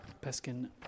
Peskin